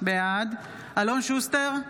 בעד אלון שוסטר,